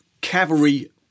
cavalry